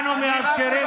אני רק מבקש,